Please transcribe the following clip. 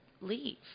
leave